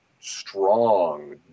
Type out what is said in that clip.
strong